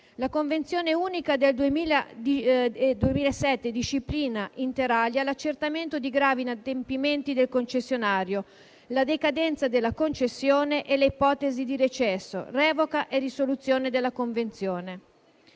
la Convenzione unica del 2007 disciplina, *inter alia*, l'accertamento di gravi inadempimenti del concessionario, la decadenza della concessione e le ipotesi di recesso, revoca e risoluzione della Convenzione;